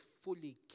fully